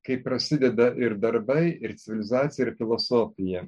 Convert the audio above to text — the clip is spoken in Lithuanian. kai prasideda ir darbai ir civilizacija ir filosofija